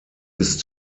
ist